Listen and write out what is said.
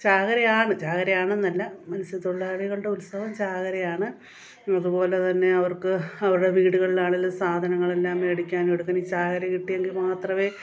ചാകരയാണ് ചാകരയാണെന്നല്ല മത്സ്യത്തൊഴിലാളികളുടെ ഉത്സവം ചാകരയാണ് അതുപോലെ തന്നെ അവർക്ക് അവരുടെ വീടുകളിൽ ആണെങ്കിലും സാധനങ്ങളെല്ലാം മേടിക്കാനും എടുക്കാനും ഈ ചാകര കിട്ടിയെങ്കിൽ മാത്രമെ